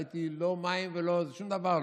לא הייתי שותה, לא מים ולא שום דבר.